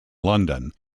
london